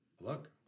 look